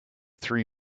three